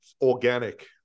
organic